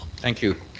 thank you.